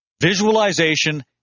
Visualization